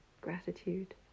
gratitude